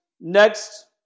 next